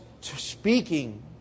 speaking